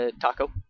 Taco